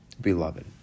beloved